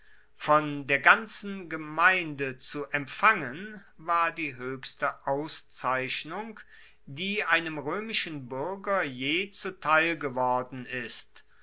von der ganzen gemeinde zu empfangen war die hoechste auszeichnung die einem roemischen buerger je zuteil geworden ist